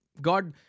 God